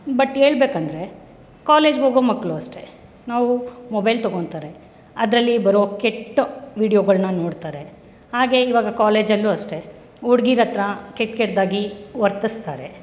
but ಹೇಳ್ಬೇಕೆಂದ್ರೆ ಕಾಲೇಜ್ಗೆ ಹೋಗೋ ಮಕ್ಕಳು ಅಷ್ಟೇ ನಾವು ಮೊಬೆಲ್ ತಗೋತಾರೆ ಅದರಲ್ಲಿ ಬರುವ ಕೆಟ್ಟ ವೀಡಿಯೋಗಳನ್ನ ನೋಡ್ತಾರೆ ಹಾಗೆ ಇವಾಗ ಕಾಲೇಜ್ ಅಲ್ಲೂ ಅಷ್ಟೇ ಹುಡುಗೀರ ಹತ್ತಿರ ಕೆಟ್ಟ ಕೆಟ್ಟದಾಗಿ ವರ್ತಿಸುತ್ತಾರೆ